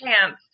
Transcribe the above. chance